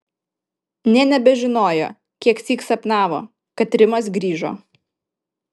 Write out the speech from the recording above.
nė nebežinojo kieksyk sapnavo kad rimas grįžo